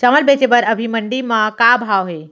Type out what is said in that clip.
चांवल बेचे बर अभी मंडी म का भाव हे?